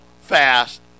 fast